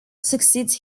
succeeds